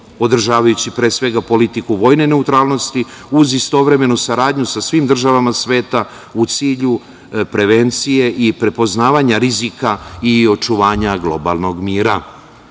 održavajući pre svega, politiku vojne neutralnosti uz istovremenu saradnju sa svim državama sveta, u cilju prevencije i prepoznavanja rizika i očuvanja globalnog